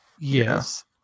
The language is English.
Yes